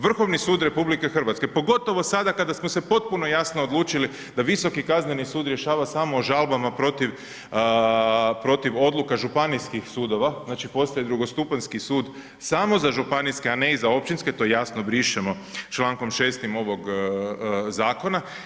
Vrhovni sud RH pogotovo sada kada smo se potpuno jasno odlučili da Visoki kazneni sud rješava samo o žalbama protiv odluka županijskih sudova, znači postoji drugostupanjski sud samo za županijske a ne i za općinske, to jasno brišemo člankom 6.-tim ovog zakona.